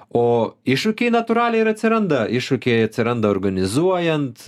o iššūkiai natūraliai atsiranda iššūkiai atsiranda organizuojant